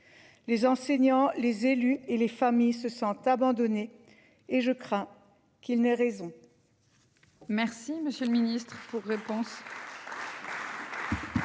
Les enseignants, les élus et les familles se sentent abandonnés et je crains qu'il n'ait raison.